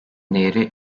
değeri